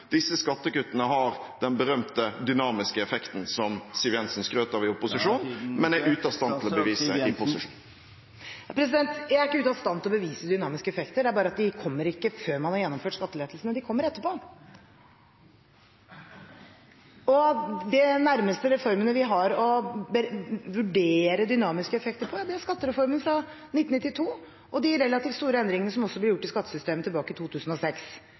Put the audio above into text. disse skattekuttene har den berømte dynamiske effekten som Siv Jensen skrøt av i opposisjon, men er ute av stand til å bevise i posisjon? Jeg er ikke ute av stand til å bevise dynamiske effekter. Det er bare at de kommer ikke før man har gjennomført skattelettelsene, de kommer etterpå. De nærmeste reformene vi har å vurdere dynamiske effekter på, er skattereformen fra 1992 og de relativt store endringene som ble gjort i skattesystemet tilbake i 2006.